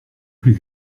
plus